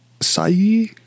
Sai